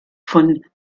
von